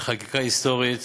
בחקיקה היסטורית,